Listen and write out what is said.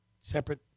separate